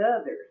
others